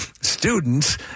students